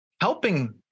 helping